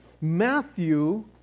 Matthew